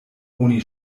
oni